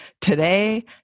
today